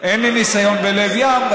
אין לי ניסיון בלב ים.